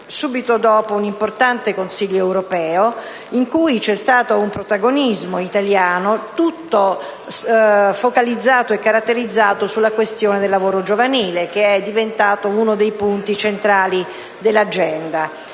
subito dopo un importante Consiglio europeo in cui c'è stato un protagonismo italiano interamente focalizzato sulla questione del lavoro giovanile, che è diventato uno dei punti centrali dell'agenda.